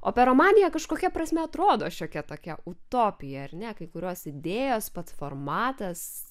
operomanija kažkokia prasme atrodo šiokia tokia utopija ar ne kai kurios idėjos pats formatas